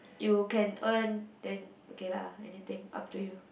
you can earn ten okay lah anything up to you